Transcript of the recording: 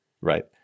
Right